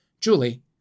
Julie